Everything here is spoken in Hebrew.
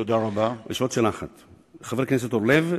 חבר הכנסת אורלב,